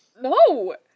No